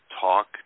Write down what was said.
talk